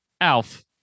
Alf